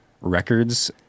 records